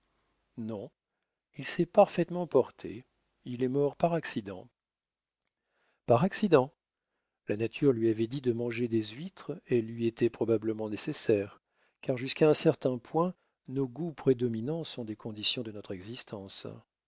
non il s'est parfaitement porté il est mort par accident par accident la nature lui avait dit de manger des huîtres elles lui étaient probablement nécessaires car jusqu'à un certain point nos goûts prédominants sont des conditions de notre existence